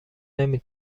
نمی